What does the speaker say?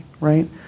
Right